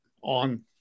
on